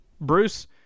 Bruce –